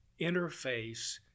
interface